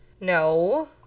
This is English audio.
No